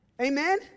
Amen